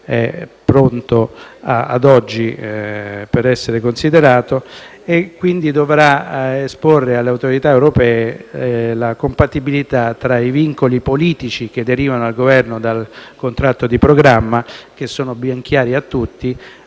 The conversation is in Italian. è pronto per essere considerato). Quindi, dovrà esporre alle autorità europee la compatibilità tra i vincoli politici che derivano al Governo dal contratto di programma (che sono ben chiari a tutti),